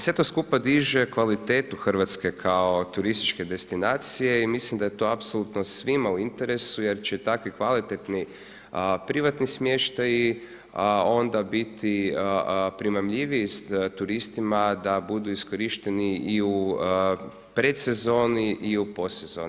Sve to skupa diže kvalitetu Hrvatske, kao turističke destinacije i mislim da je to apsolutno svima u interesu, jer će takvi kvalitetni privatni smještaji biti primamljiviji turistima da budu iskorišteni i u predsezoni i u postsezoni.